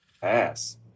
Pass